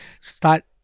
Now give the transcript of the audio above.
start